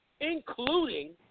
including